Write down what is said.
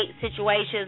situations